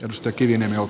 osta kivinen o